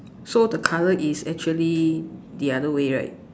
so the color is actually the other way right